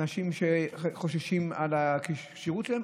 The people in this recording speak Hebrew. אנשים שחוששים לכשירות שלהם.